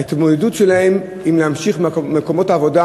ההתמודדות שלהם עם להמשיך במקומות העבודה